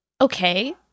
okay